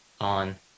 on